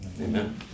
Amen